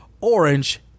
Orange